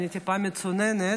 אני טיפה מצוננת